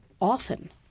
often